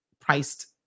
priced